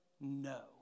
no